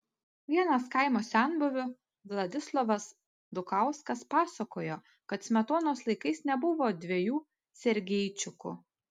vienas kaimo senbuvių vladislovas dukauskas pasakojo kad smetonos laikais nebuvo dviejų sergeičikų